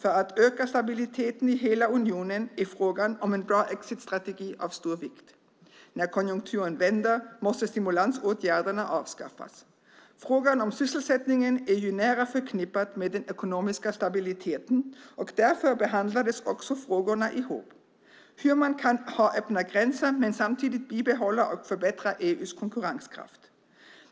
För att öka stabiliteten i hela unionen är frågan om en bra exit-strategi av stor vikt. När konjunkturen vänder måste stimulansåtgärderna avskaffas. Frågan om sysselsättningen är ju nära förknippad med den ekonomiska stabiliteten, och därför behandlades också frågorna ihop - hur man kan ha öppna gränser men samtidigt bibehålla och förbättra EU:s konkurrenskraft.